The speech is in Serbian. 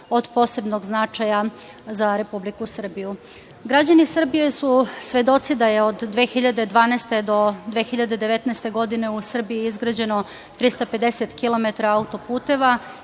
od posebnog značaja za Republiku Srbiju. Građani Srbije su svedoci da je od 2012. do 2019. godine u Srbiji izgrađeno 350 kilometara autoputeva